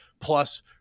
Plus